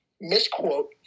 misquote